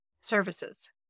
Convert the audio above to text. services